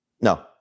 No